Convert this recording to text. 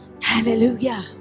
Hallelujah